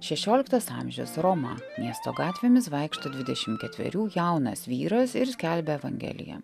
šešioliktas amžius romos miesto gatvėmis vaikšto dvidešim ketverių jaunas vyras ir skelbia evangeliją